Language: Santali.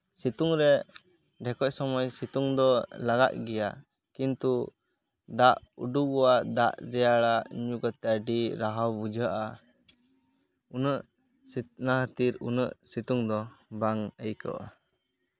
ᱥᱤᱛᱩᱝᱨᱮ ᱰᱷᱮᱠᱚᱡ ᱥᱚᱢᱚᱭ ᱥᱤᱛᱩᱝ ᱫᱚ ᱞᱟᱜᱟᱜ ᱜᱮᱭᱟ ᱠᱤᱱᱛᱩ ᱫᱟᱜ ᱩᱰᱩᱠᱚᱜᱼᱟ ᱫᱟᱜ ᱨᱮᱭᱟᱲᱟ ᱧᱩ ᱠᱟᱛᱮᱫ ᱟᱹᱰᱤ ᱨᱟᱦᱟᱣ ᱵᱩᱡᱷᱟᱹᱜᱼᱟ ᱩᱱᱟᱹᱜ ᱠᱷᱟᱹᱛᱤᱨ ᱩᱱᱟᱹᱜ ᱥᱤᱛᱩᱝ ᱫᱚ ᱵᱟᱝ ᱟᱹᱭᱠᱟᱹᱜᱼᱟ